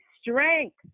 strength